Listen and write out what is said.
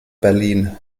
berlin